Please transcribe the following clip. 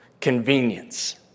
Convenience